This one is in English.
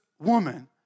woman